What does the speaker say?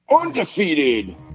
Undefeated